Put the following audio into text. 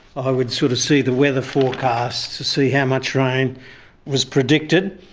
i would sort of see the weather forecast to see how much rain was predicted,